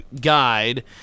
Guide